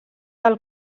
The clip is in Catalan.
del